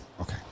Okay